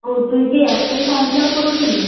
ও তুই কি একটাই ফর্ম ফিল আপ করেছিলি